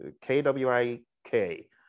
K-W-I-K